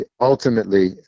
Ultimately